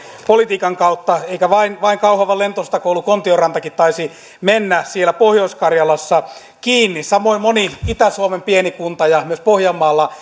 politiikan kautta eikä vain kauhavan lentosotakoulu kontiorantakin taisi mennä siellä pohjois karjalassa kiinni samoin moni itä suomen pieni kunta ja myös pohjanmaalla